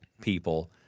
people